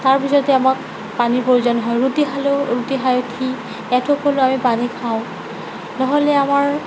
তাৰপিছতে আমাক পানীৰ প্ৰয়োজন হয় ৰুটি খালেও ৰুটি খাই উঠি এঢোক হ'লেও আমি পানী খাওঁ নহ'লে আমাৰ